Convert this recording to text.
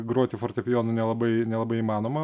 groti fortepijonu nelabai nelabai įmanoma